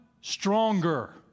stronger